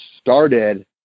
started